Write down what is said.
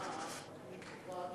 יש תקנה שקובעת